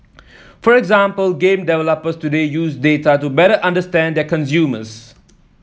for example game developers today use data to better understand their consumers